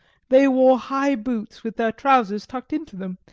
they wore high boots, with their trousers tucked into them,